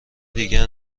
دیگر